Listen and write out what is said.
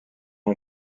اون